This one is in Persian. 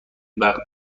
وقت